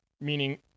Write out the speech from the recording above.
meaning